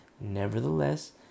Nevertheless